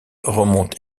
remonte